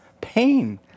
pain